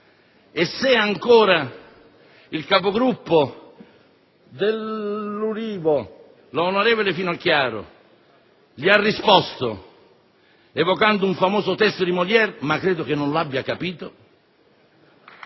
se, ancora, il Capogruppo dell'Ulivo, senatrice Finocchiaro, gli ha risposto evocando un famoso testo di Molière (ma credo che non lo abbia capito